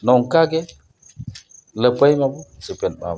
ᱱᱚᱝᱠᱟᱜᱮ ᱞᱟᱹᱯᱟᱹᱭ ᱢᱟᱵᱚᱱ ᱥᱮᱪᱮᱫ ᱢᱟᱵᱚᱱ